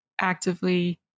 actively